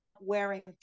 wearing